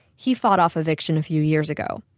he fought off eviction a few years ago.